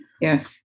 Yes